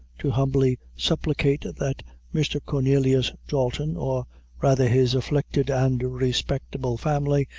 to humbly supplicate that mr. cornelius dalton, or rather his afflicted and respectable family,